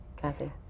Kathy